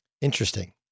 interesting